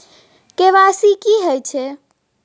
KYC की हय छै?